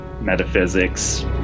metaphysics